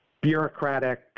bureaucratic